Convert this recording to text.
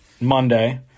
Monday